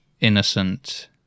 innocent